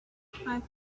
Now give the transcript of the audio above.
have